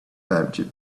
egypt